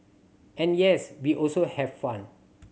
and yes we also have fun